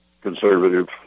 conservative